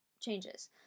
changes